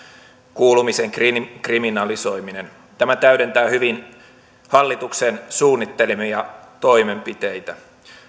kuulumisen kriminalisoiminen tämä täydentää hyvin hallituksen suunnittelemia toimenpiteitä